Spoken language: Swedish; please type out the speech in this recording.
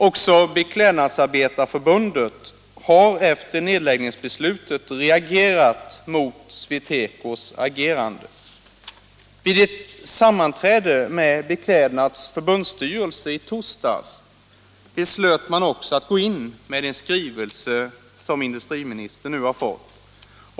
Också Beklädnadsarbetarnas förbund har efter nedläggningsbeslutet reagerat mot SweTecos agerande. Vid ett sammanträde med Beklädnads förbundsstyrelse i torsdags beslöt man också att gå in med en skrivelse som industriministern nu har fått.